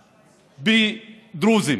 דרוזים.